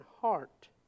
heart